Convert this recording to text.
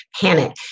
panic